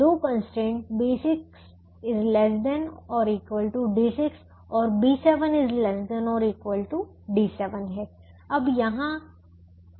दो constraint B6 ≤ D6 और B7 ≤ D7 हैं